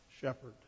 shepherd